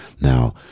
Now